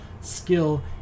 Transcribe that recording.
skill